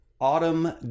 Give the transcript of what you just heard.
Autumn